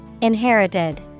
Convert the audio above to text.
Inherited